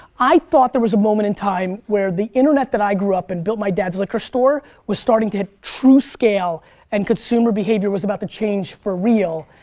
i thought there was a moment in time where the internet that i grew up in, built my dad's liquor store was starting to hit true scale and consumer behavior was about to change for real.